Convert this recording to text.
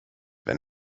wenn